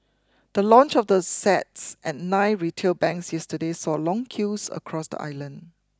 the launch of the sets at nine retail banks yesterday saw long queues across the island